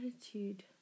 attitude